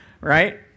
right